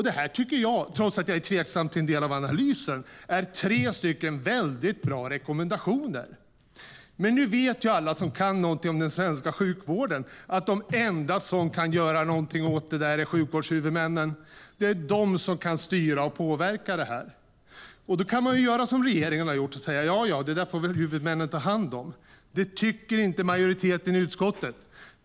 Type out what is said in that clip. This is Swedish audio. Detta tycker jag, trots att jag är tveksam till en del av analysen, är tre mycket bra rekommendationer. Men nu vet alla som kan någonting om den svenska sjukvården att de enda som kan göra någonting åt detta är sjukvårdshuvudmännen. Det är de som kan styra och påverka detta. Då kan man göra som regeringen har gjort och säga: Det där får väl huvudmännen ta hand om. Det tycker inte majoriteten i utskottet.